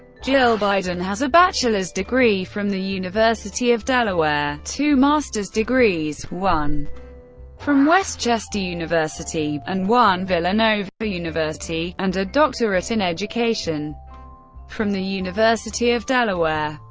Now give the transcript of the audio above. jill biden has a bachelor's degree from the university of delaware two master's degrees, one from west chester university, and one villanova university and a doctorate in education from the university of delaware.